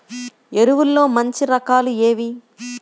ఎరువుల్లో మంచి రకాలు ఏవి?